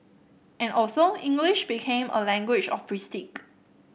and so English became a language of prestige